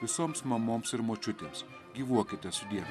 visoms mamoms ir močiutėms gyvuokite sudie